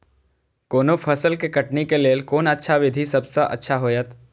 कोनो फसल के कटनी के लेल कोन अच्छा विधि सबसँ अच्छा होयत?